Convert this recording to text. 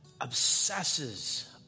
obsesses